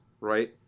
right